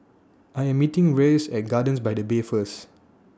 I Am meeting Reyes At Gardens By The Bay First